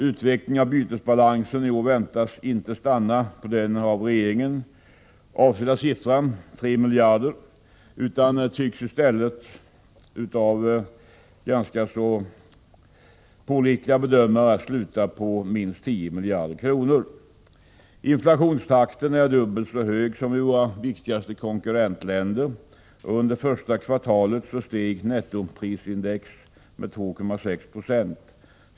Utvecklingen av bytesbalansen i år väntas inte stanna på den av regeringen avsedda siffran — 3 miljarder — utan tycks i stället enligt ganska pålitliga bedömare sluta på minst 10 miljarder kronor. Inflationstakten är dubbelt så hög som i våra viktigaste konkurrentländer. Under första kvartalet steg nettoprisindex med 2,6 20.